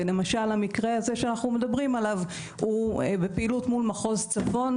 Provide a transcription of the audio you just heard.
למשל המקרה הזה שאנחנו מדברים עליו הוא בפעילות מול מחוז צפון,